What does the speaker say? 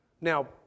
Now